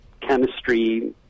chemistry